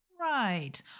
Right